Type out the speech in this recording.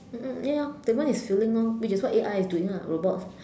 mm ya that one is feeling orh which is what A_I is doing lah robots